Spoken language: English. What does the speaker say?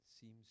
seems